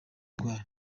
rwayo